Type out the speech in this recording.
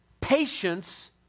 patience